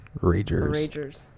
Ragers